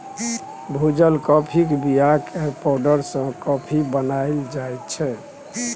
भुजल काँफीक बीया केर पाउडर सँ कॉफी बनाएल जाइ छै